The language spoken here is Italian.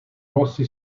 rossi